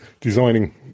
designing